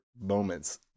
moments